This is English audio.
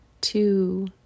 two